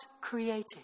created